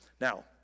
Now